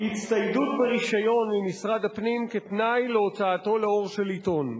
הצטיידות ברשיון ממשרד הפנים כתנאי להוצאה לאור של עיתון.